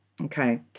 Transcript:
okay